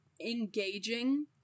engaging